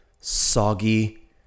soggy